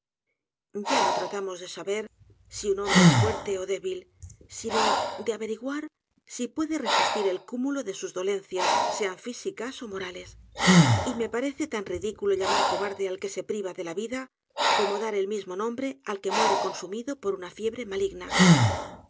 ya no tratamos de saber si un hombre es fuerte ó débil sino de averiguar si puede resistir el cúmulo de sus dolencias sean físicas ó morales y me parece tan ridículo llamar cobarde al que se priva de la vida como dar el mismo nombre al que muere consumido poruña fiebre maligna